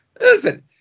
listen